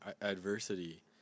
adversity